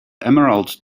emerald